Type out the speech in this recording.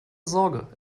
sorge